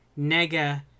Nega